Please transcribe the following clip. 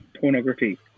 pornography